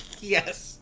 Yes